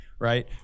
Right